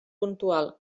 puntual